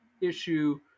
issue